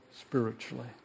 spiritually